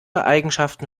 eigenschaften